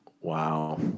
Wow